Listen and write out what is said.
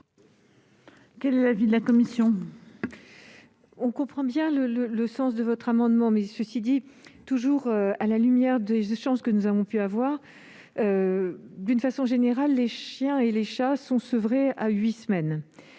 Quel est l'avis de la commission ?